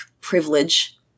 privilege